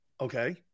Okay